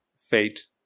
fate